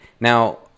Now